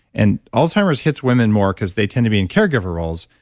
and alzheimer's hits women more because they tend to be in caregiver roles,